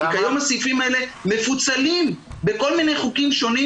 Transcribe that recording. היום הסעיפים האלה מפוצלים בכל מיני חוקים שונים,